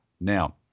Now